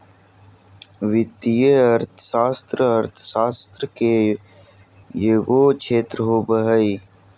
वित्तीय अर्थशास्त्र अर्थशास्त्र के एगो क्षेत्र होबो हइ